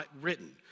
written